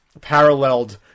paralleled